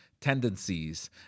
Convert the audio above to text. tendencies